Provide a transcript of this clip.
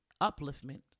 upliftment